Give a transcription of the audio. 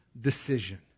decision